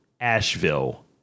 Asheville